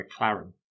McLaren